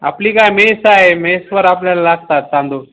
आपली काय मेस आहे मेसवर आपल्याला लागतात तांदूळ